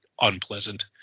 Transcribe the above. unpleasant